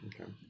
Okay